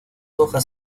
hojas